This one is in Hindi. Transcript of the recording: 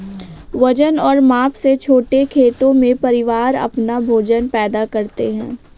वजन और माप से छोटे खेतों में, परिवार अपना भोजन पैदा करते है